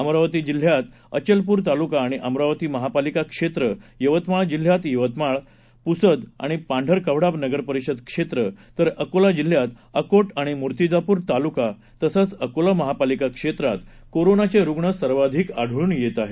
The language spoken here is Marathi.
अमरावती जिल्ह्यात अचलपुर तालुका आणि अमरावती महापालिका क्षेत्र यवतमाळ जिल्ह्यात यवतमाळ पुसद आणि पांढरकवढा नगरपरिषद क्षेत्र तर अकोला जिल्ह्यात अकोट आणि मुर्तीजापूर तालुका तसंच अकोला महापालिका क्षेत्रात कोरोनाचे रुग्ण सर्वाधिक आढळून येत आहेत